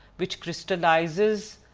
which crystallizes